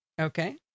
Okay